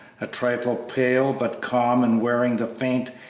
a trifle pale, but calm and wearing the faint,